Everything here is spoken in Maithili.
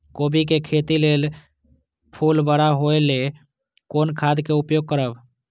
कोबी के खेती लेल फुल बड़ा होय ल कोन खाद के उपयोग करब?